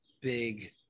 big